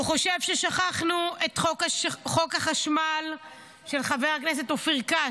הוא חושב ששכחנו את חוק החשמל של חבר הכנסת אופיר כץ,